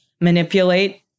manipulate